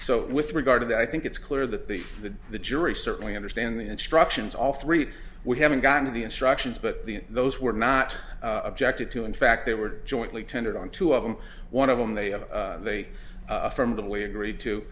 so with regard to that i think it's clear that the the the jury certainly understand the instructions all three we haven't gotten to the instructions but the those were not objected to in fact they were jointly tendered on two of them one of them they have they affirmatively agreed to